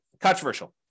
controversial